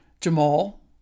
Jamal